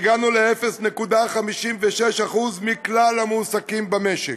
והגענו ל-0.56% מכלל המועסקים במשק,